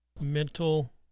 mental